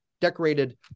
decorated